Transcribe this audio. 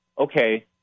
okay